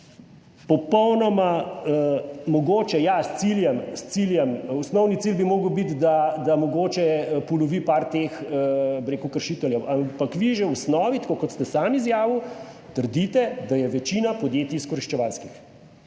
popolnoma, mogoče ja, s ciljem... Osnovni cilj bi moral biti, da, da mogoče ponovi par teh, bi rekel kršiteljev, ampak vi že v osnovi, tako kot ste sam izjavil, trdite da je večina podjetij izkoriščevalskih.